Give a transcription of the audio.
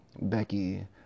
Becky